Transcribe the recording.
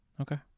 Okay